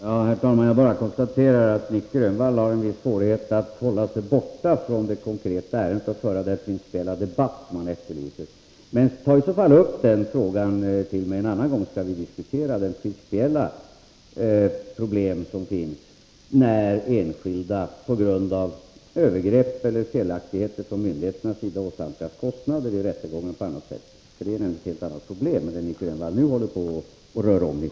Herr talman! Jag konstaterar att Nic Grönvall har en viss svårighet att hålla sig borta från det konkreta ärendet och föra den principiella debatt som han efterlyser. Men, Nic Grönvall, ta då upp frågan med mig en annan gång, så skall vi diskutera de principiella problem som kan finnas när enskilda på grund av övergrepp eller felaktigheter från myndigheternas sida åsamkas kostnader i samband med rättegång eller på annat sätt! Det är nämligen ett helt annat problem än det Nic Grönvall nu uppehåller sig vid.